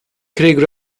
craig